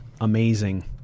amazing